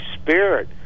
Spirit